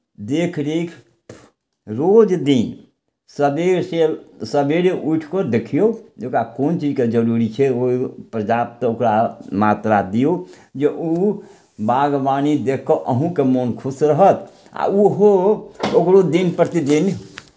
देखरेख रोज दिन सवेरसँ सवेरे उठि कऽ देखियौ जे ओकरा कोन चीजके जरूरी छै ओ पर्याप्त ओकरा मात्रा दियौ जे ओ बागवानी देखि कऽ अहूँके मोन खुश रहत आ ओहो ओकरो दिन प्रतिदिन